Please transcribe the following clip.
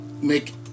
make